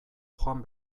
joan